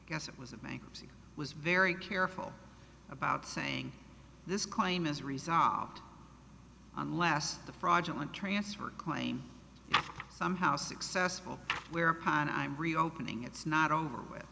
yes it was a bankruptcy was very careful about saying this claim is resolved on last the fraudulent transfer claim somehow successful whereupon i reopening it's not over with